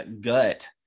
gut